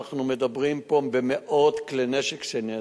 אנחנו מדברים פה על מאות כלי נשק שנאספו.